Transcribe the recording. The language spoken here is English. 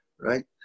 right